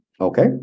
Okay